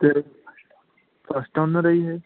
ਅਤੇ first owner ਏ ਜੀ ਇਹ